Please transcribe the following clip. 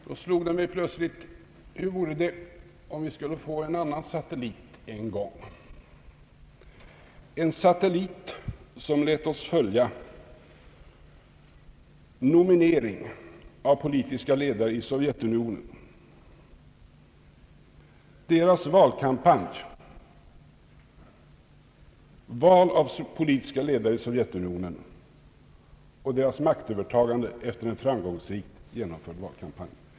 Då slog det mig plötsligt: Hur vore det om vi skulle få en annan satellit en gång, en satellit som lät oss följa nomineringen av politiska ledare i Sovjetunionen, deras valkampanj, valet av politiska ledare i Sovjetunionen och deras maktövertagande efter en framgångsrikt genomförd valkampanj.